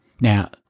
Now